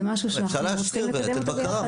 זה משהו שאנחנו צריכים לקדם אותו ביחד.